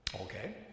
Okay